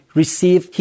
receive